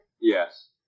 Yes